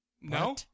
No